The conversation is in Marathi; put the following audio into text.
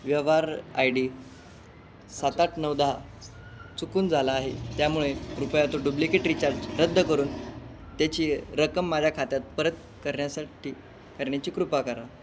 व्यवहार आय डी सात आठ नऊ दहा चुकून झाला आहे त्यामुळे कृपया तो डुप्लिकेट रिचार्ज रद्द करून त्याची रक्कम माझ्या खात्यात परत करण्यासाठी करण्याची कृपा करा